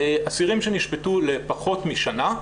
אסירים שנשפטו לפחות משנה,